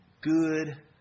good